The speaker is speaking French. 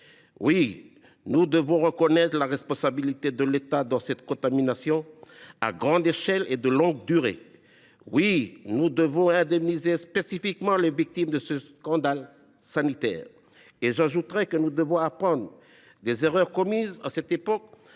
Oui, nous devons reconnaître la responsabilité de l’État dans cette contamination à grande échelle et de longue durée ; oui, nous devons indemniser spécifiquement les victimes de ce scandale sanitaire. J’ajoute que nous devons apprendre des erreurs commises à cette époque